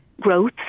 growth